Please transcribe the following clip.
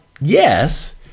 yes